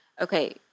okay